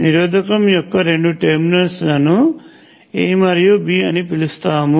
నిరోధకం యొక్క రెండు టెర్మినల్స్ లను A మరియు B అని పిలుస్తాము